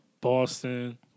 Boston